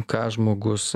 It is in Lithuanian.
ką žmogus